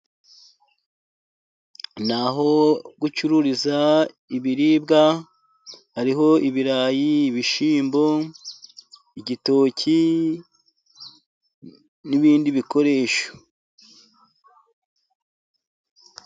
Ni aho gucururiza ibiribwa. Hariho ibirayi, ibishyimbo, igitoki n'ibindi bikoresho.